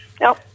no